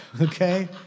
okay